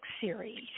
series